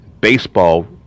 baseball